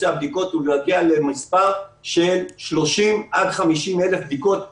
הבריאות הוא להגיע למספר של 30,000 50,000 בדיקות ביום.